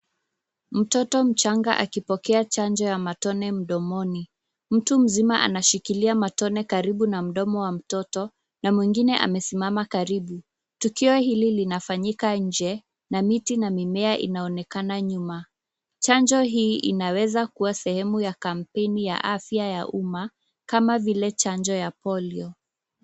Mtoto mchanga akipokea chanjo ya matone mdomoni. Mtu mzima anashikilia matone karibu na mdomo wa mtoto na mwingine amesimama karibu. Tukio hili linafanyika nje na miti na mimea inaonekana nyuma. Chanjo hii inaweza kuwa sehemu ya kampeni ya afya ya umma kama vile chanjo ya polio .